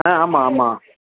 ஆ ஆமாம் ஆமாம்